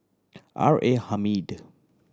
R A Hamid